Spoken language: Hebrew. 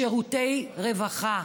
שירותי רווחה.